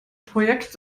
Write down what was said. projekt